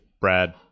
brad